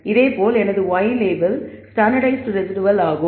இதேபோல் எனது y label standardised residual ஆகும்